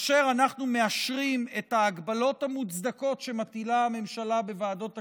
שכאשר אנחנו מאשרים את ההגבלות המוצדקות שמטילה הממשלה בוועדות הכנסת,